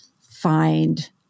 find